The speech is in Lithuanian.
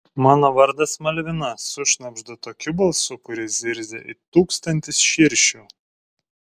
mano vardas malvina sušnabždu tokiu balsu kuris zirzia it tūkstantis širšių